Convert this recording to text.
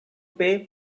pay